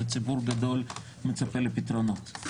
וציבור גדול מצפה לפתרונות.